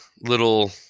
little